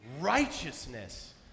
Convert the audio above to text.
righteousness